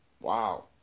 Wow